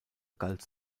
galt